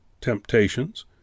temptations